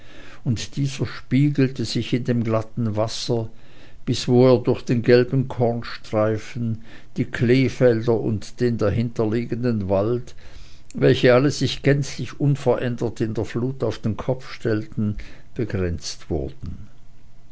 und dieser spiegelte sich in dem glatten wasser bis wo er durch den gelben kornstreifen die kleefelder und den dahinter liegenden wald welche alle sich gänzlich unverändert in der flut auf den kopf stellten begrenzt wurde